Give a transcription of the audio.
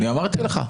אני אמרתי לך.